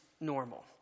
normal